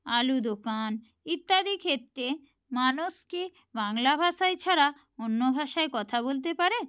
আলু দোকান ইত্যাদি ক্ষেত্রে মানুষ কি বাংলা ভাষায় ছাড়া অন্য ভাষায় কথা বলতে পারে